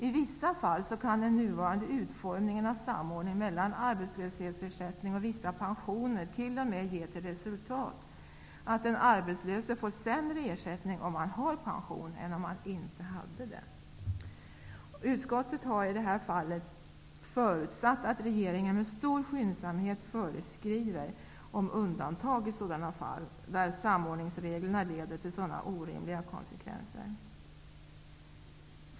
I vissa fall kan den nuvarande utformningen av samordning mellan arbetslöshetsersättning och vissa pensioner t.o.m. ge till resultat att den arbetslöse får sämre ersättning om han har pension än om han inte har det. Utskottet har förutsatt att regeringen med stor skyndsamhet föreskriver om undantag i sådana fall då samordningsreglerna leder till orimliga konsekvenser.